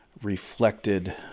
reflected